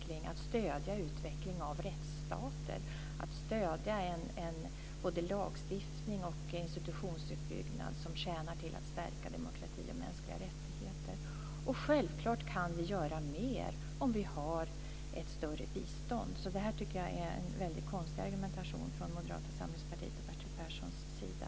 Det handlar om att stödja utvecklingen av rättsstater och en lagstiftning och institutionsutbyggnad som tjänar till att stärka demokrati och mänskliga rättigheter. Självklart kan vi göra mer om vi har ett större bistånd. Det här tycker jag därför är en väldigt konstig argumentation från Moderata samlingspartiets och